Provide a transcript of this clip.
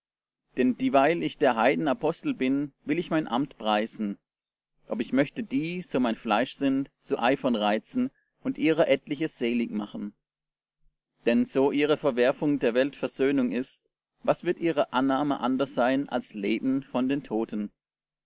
denn dieweil ich der heiden apostel bin will ich mein amt preisen ob ich möchte die so mein fleisch sind zu eifern reizen und ihrer etliche selig machen denn so ihre verwerfung der welt versöhnung ist was wird ihre annahme anders sein als leben von den toten